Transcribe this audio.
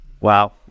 Wow